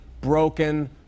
broken